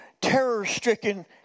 terror-stricken